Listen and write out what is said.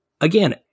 Again